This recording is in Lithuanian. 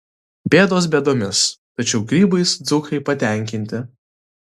bėdos bėdomis tačiau grybais dzūkai patenkinti